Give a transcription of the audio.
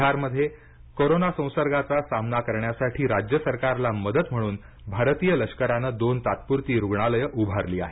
बिहारमध्ये कोरोना संसर्गाचा सामना करण्यासाठी राज्य सरकारला मदत म्हणून भारतीय लष्करानं दोन तात्पुरती रुग्णालये उभारली आहेत